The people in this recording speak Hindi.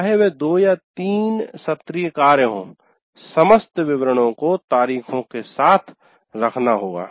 चाहे वह 2 या 3 सत्रीय कार्य हों समस्त विवरणों को तारीखों के साथ रखना होगा